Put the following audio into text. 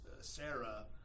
Sarah